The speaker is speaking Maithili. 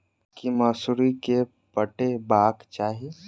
की मौसरी केँ पटेबाक चाहि?